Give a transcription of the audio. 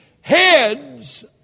Heads